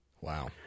Wow